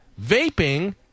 vaping